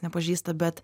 nepažįsta bet